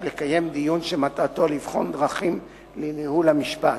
לקיים דיון שמטרתו לבחון דרכים לייעול המשפט.